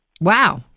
Wow